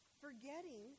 Forgetting